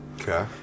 Okay